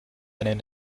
einen